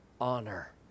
honor